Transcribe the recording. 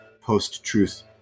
post-truth